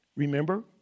Remember